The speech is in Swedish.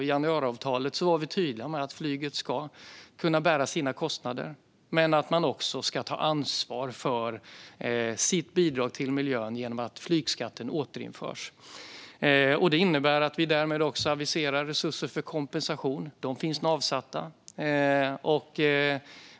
I januariavtalet var vi tydliga med att flyget ska kunna bära sina kostnader men att det också ska ta ansvar för sitt bidrag till miljön genom att flygskatten återinförs. Det innebär att vi därmed också aviserade resurser för kompensation. De finns nu avsatta.